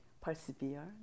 persevere